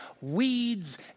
weeds